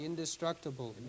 Indestructible